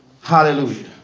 Hallelujah